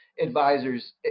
advisors